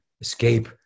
escape